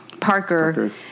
Parker